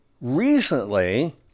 Recently